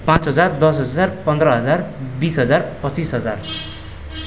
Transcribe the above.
पाँच हजार दस हजार पन्ध्र हजार बिस हजार पच्चिस हजार